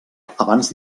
abans